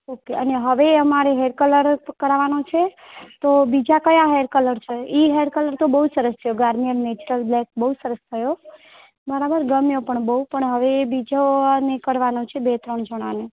okay અને હવે અમારે હેર કલર કરાવવાનો છે તો બીજા કયા હેર કલર છે એ કલર તો બહુ સરસ છે ગાર્નિયર નેચરલ બ્લેક બહુ સરસ થયો બરાબર ગમ્યો પણ બહુ પણ હવે બીજો અને કરવાનો છે બે ત્રણ જણાને